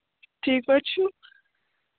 ٹھیٖک حظ چھُ